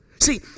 See